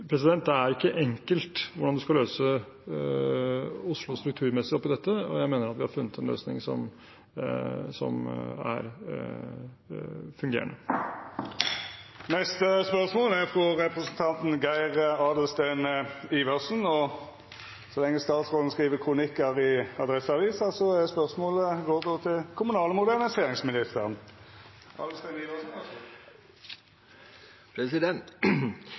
Det er ikke enkelt hvordan man skal løse Oslo strukturmessig oppi dette, og jeg mener at vi har funnet en løsning som er fungerende. Dette spørsmålet er frå representanten Geir Adelsten Iversen, og så lenge statsråden skriv kronikkar i Adresseavisen, går då spørsmålet til kommunal- og moderniseringsministeren.